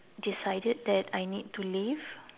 decided that I need to leave